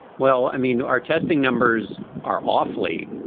well, i mean, our testing numbers are awfully,